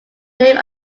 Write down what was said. name